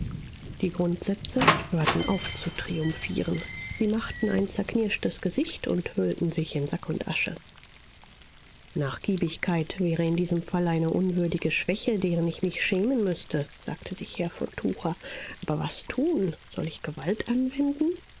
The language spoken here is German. die grundsätze hörten auf zu triumphieren sie machten ein zerknirschtes gesicht und hüllten sich in sack und asche nachgiebigkeit wäre in diesem fall eine unwürdige schwäche deren ich mich schämen müßte sagte sich herr von tucher aber was tun soll ich gewalt anwenden